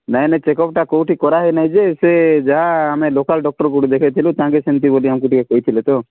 ନାଇଁ ନାଇଁ ଚେକପ୍ଟା କୋଉଠି କରାହୋଇ ନାହିଁ ଯେ ସେ ଯାହା ଆମେ ଲୋକାଲ୍ ଡକ୍ଟର୍ କୋଉଠି ଦେଖେଇଥିଲୁ ତାଙ୍କେ ସେମିତି ବୋଲି ଆମକୁ ଟିକେ କହିଥିଲେ ତ